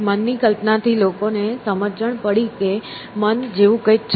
મનની કલ્પના થી લોકો ને સમજણ પડી કે મન જેવું કંઈક છે